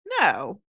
No